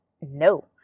no